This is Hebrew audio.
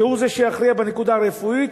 שהוא יכריע בנקודה הרפואית,